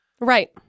right